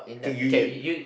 K you you